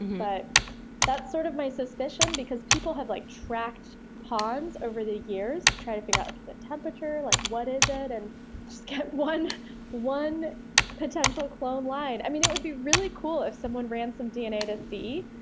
but that's sort of my suspicion because people have like tracked ponds over the years to try to figure out, like, is it temperature, like what is it, and just get one one potential clone line. and it would be really cool if someone ran some dna to see.